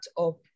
up